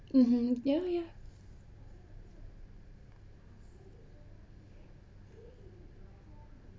mmhmm oh ya